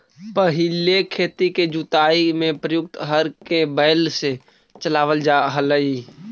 पहिले खेत के जुताई में प्रयुक्त हर के बैल से चलावल जा हलइ